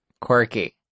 Quirky